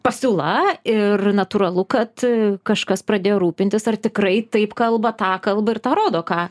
pasiūla ir natūralu kad kažkas pradėjo rūpintis ar tikrai taip kalba tą kalba ir tą rodo ką